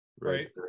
Right